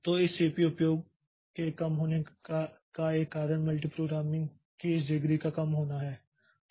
तो इस CPU उपयोग के कम होने का एक कारण मल्टीप्रोग्रामिंग की इस डिग्री का कम होना है